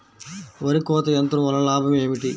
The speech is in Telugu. వరి కోత యంత్రం వలన లాభం ఏమిటి?